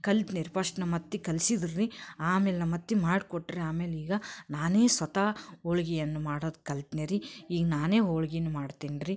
ಕಲ್ತ್ನಿ ರೀ ಪಶ್ಟ್ ನಮ್ಮ ಅತ್ತೆ ಕಲಿಸಿದ್ರು ರೀ ಆಮೇಲೆ ನಮ್ಮ ಅತ್ತೆ ಮಾಡ್ಕೊಟ್ರು ರಿ ಆಮೇಲೆ ಈಗ ನಾನೇ ಸ್ವತಃ ಹೋಳ್ಗಿಯನ್ನು ಮಾಡೋದು ಕಲ್ತ್ನಿ ರೀ ಈಗ ನಾನೇ ಹೋಳ್ಗಿನ ಮಾಡ್ತೀನಿ ರೀ